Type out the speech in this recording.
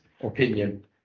opinion